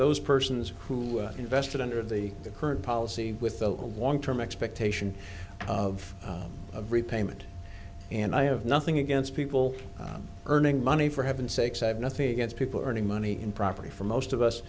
those persons who invested under the current policy with the long term expectation of of repayment and i have nothing against people earning money for heaven sakes i have nothing against people earning money and property for most of